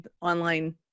online